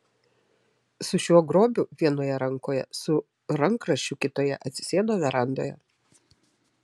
su šiuo grobiu vienoje rankoje su rankraščiu kitoje atsisėdo verandoje